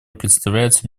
представляется